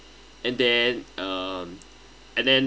and then uh and then